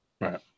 Right